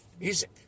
music